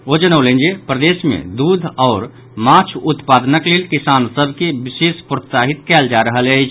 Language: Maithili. ओ जनौलनि जे प्रदेश मे दूध आओर माछ उत्पादनक लेल किसान सभ के विशेष प्रोत्साहित कयल जा रहल अछि